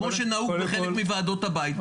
כמו שנהוג בחלק מוועדות הבית.